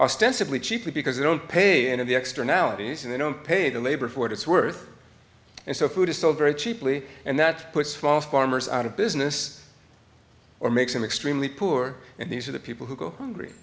ostensibly cheaply because they don't pay any of the extra analyses and they don't pay the labor for it it's worth and so food is still very cheaply and that puts false farmers out of business or makes them extremely poor and these are the people who go hungry